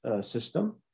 system